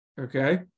okay